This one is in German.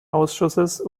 ausschusses